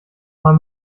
mal